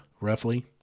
roughly